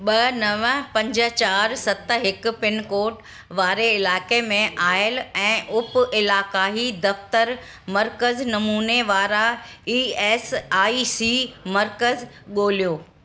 ॿ नव पंज चारि सत हिकु पिनकोड वारे इलाइक़े में आयल ऐं उप इलाक़ाई दफ़्तरु मर्कज़ नमूने वारा ई एस आई सी मर्कज़ ॻोल्हियो